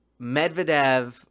Medvedev